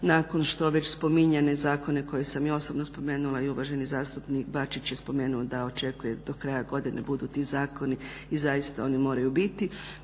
nakon što već spominjane zakone koje sam ja osobno spomenula i uvaženi zastupnik Bačić da očekuje da do kraja godine budu ti zakoni i zaista oni moraju biti,